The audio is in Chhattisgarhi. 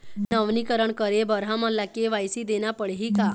नवीनीकरण करे बर हमन ला के.वाई.सी देना पड़ही का?